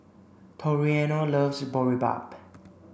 Toriano loves Boribap